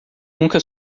nunca